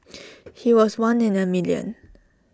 he was one in A million